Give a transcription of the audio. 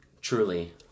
Truly